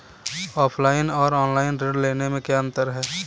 Offline और online ऋण लेने में क्या अंतर है?